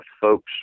folks